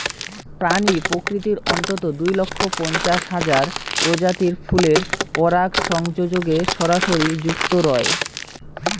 প্রাণী প্রকৃতির অন্ততঃ দুই লক্ষ পঞ্চাশ হাজার প্রজাতির ফুলের পরাগসংযোগে সরাসরি যুক্ত রয়